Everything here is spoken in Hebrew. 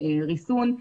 ריסון.